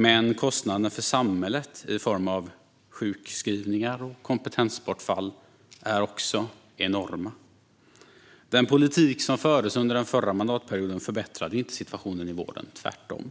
Men kostnaderna för samhället i form av sjukskrivningar och kompetensbortfall är också enorma. Den politik som fördes under förra mandatperioden förbättrade inte situationen i vården - tvärtom.